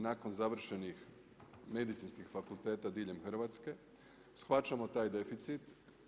Nakon završenih Medicinskih fakulteta diljem Hrvatske, shvaćamo taj deficit.